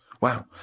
Wow